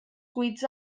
cuits